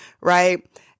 Right